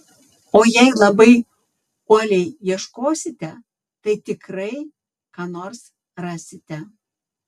o jei labai uoliai ieškosite tai tikrai ką nors rasite